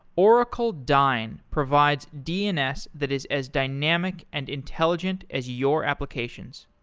oracle dyn provides dns that is as dynamic and intelligent as your applications.